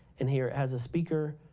and here it has a speaker,